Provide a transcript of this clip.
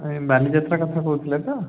ବାଲିଯାତ୍ରା କଥା କହୁଥିଲେ ତ